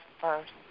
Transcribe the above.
first